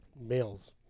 males